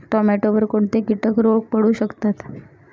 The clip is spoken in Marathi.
टोमॅटोवर कोणते किटक रोग पडू शकतात?